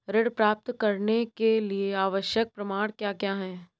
ऋण प्राप्त करने के लिए आवश्यक प्रमाण क्या क्या हैं?